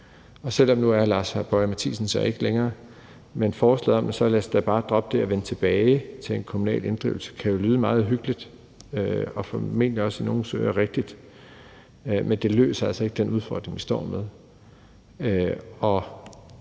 kan. Nu er hr. Lars Boje Mathiesen så ikke længere her i salen, men forslaget om, at vi da så bare skal droppe det og vende tilbage til en kommunal inddrivelse, kan jo lyde meget hyggeligt og formentlig også i nogles ører rigtigt; men det løser altså ikke den udfordring, vi står med,